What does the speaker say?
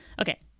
okay